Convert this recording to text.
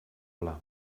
pla